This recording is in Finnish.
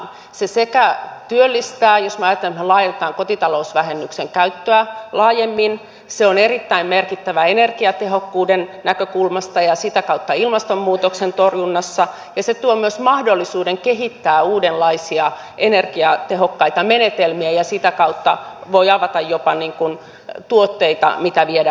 se sekä työllistää jos me ajattelemme että me laajennamme kotitalousvähennyksen käyttöä se on erittäin merkittävä energiatehokkuuden näkökulmasta ja sitä kautta ilmastonmuutoksen torjunnassa ja se tuo myös mahdollisuuden kehittää uudenlaisia energiatehokkaita menetelmiä ja sitä kautta voi avata jopa tuotteita mitä viedä maailmalle